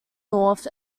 north